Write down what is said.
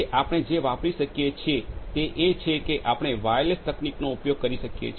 જેથી આપણે જે વાપરી શકીએ છીએ તે છે કે આપણે વાયરલેસ તકનીકનો ઉપયોગ કરી શકીએ